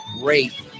great